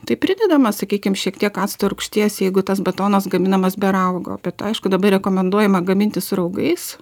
tai pridedama sakykim šiek tiek acto rūgšties jeigu tas betonas gaminamas be raugo bet aišku dabar rekomenduojama gaminti su raugais